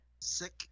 sick